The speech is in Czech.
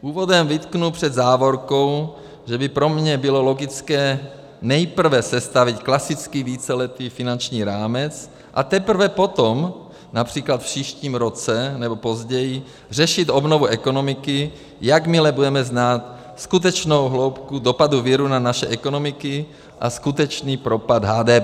Úvodem vytknu před závorkou, že by pro mě bylo logické nejprve sestavit klasický víceletý finanční rámec, a teprve potom, například v příštím roce nebo později, řešit obnovu ekonomiky, jakmile budeme znát skutečnou hloubku dopadu viru na naši ekonomiky a skutečný propad HDP.